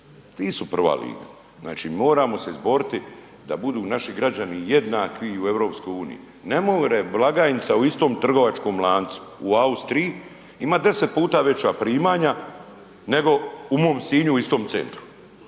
ti su prva liga. Znači, moramo se izboriti da budu naši građani jednaki u EU, ne more blagajnica u istome trgovačkom lancu u Austriji imati 10 puta veća primanja nego u mom Sinju u istom centru.